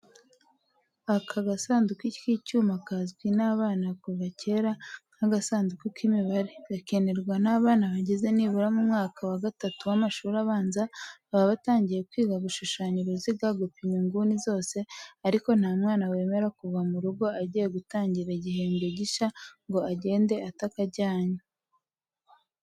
Aka gasanduku k'icyuma kazwi n'abana kuva kera nk'agasanduku k'imibare, gakenerwa n'abana bageze nibura mu mwaka wa gatatu w'amashuri abanza, baba batangiye kwiga gushushanya uruziga, gupima inguni zose, ariko nta mwana wemera kuva mu rugo agiye gutangira igihembwe gishya ngo agende atakajyanye.